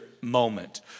moment